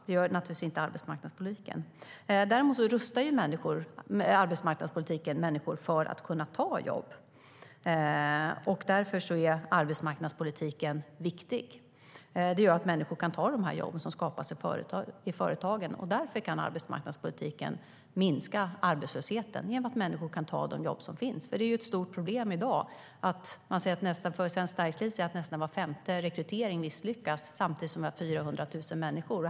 Det är naturligtvis inte arbetsmarknadspolitiken som gör det. Däremot rustar den människor för att kunna ta jobb. Och därför är arbetsmarknadspolitiken viktig. Den gör så att människor kan ta de jobb som skapas i företagen, och därför kan arbetsmarknadspolitiken minska arbetslösheten, genom att människor kan ta de jobb som finns. Det är ett stort problem i dag att de inte kan det. Svenskt Näringsliv säger att nästan var femte rekrytering misslyckas samtidigt som vi har 400 000 arbetslösa.